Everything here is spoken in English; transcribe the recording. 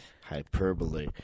Hyperbole